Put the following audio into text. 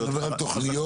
אתה מדבר על תוכניות?